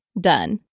done